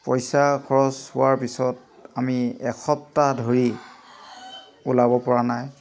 পইচা খৰচ হোৱাৰ পিছত আমি এসপ্তাহ ধৰি ওলাব পৰা নাই